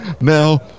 Now